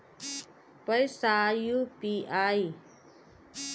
पैसा यू.पी.आई?